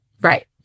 Right